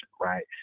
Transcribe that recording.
right